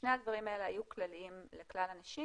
שני הדברים האלה היו כלליים לכלל הנשים.